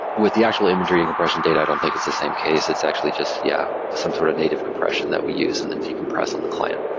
with the actual imagery and compression data, i don't think it's the same case. it's actually just, yeah, some sort of native compression that we use and then decompress on the client.